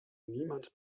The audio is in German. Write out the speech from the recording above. niemand